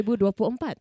2024